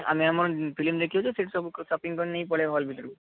ଆମେ ଆମର ଫିଲ୍ମ ଦେଖିବୁ ଯେ ସେଇଠୁ ସବୁ ସପିଂ କରିକି ନେଇକି ପଳାଇବୁ ହଲ୍ ଭିତରକୁ